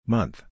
Month